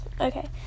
Okay